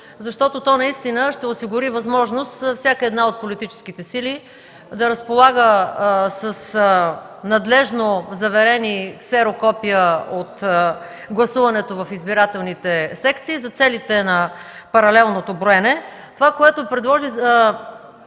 защото то наистина ще осигури възможност всяка една от политическите сили да разполага с надлежно заверени ксерокопия от гласуването в избирателните секции за целите на паралелното броене. Това, което господин